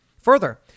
Further